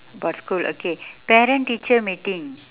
about school okay parent teacher meeting